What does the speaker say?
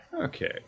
Okay